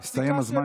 הסתיים הזמן,